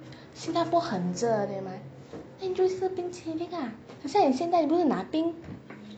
singapore 很热对吗 then 你去吃冰淇凌 lah 很像你现在去那冰